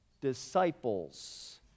disciples